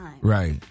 Right